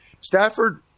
Stafford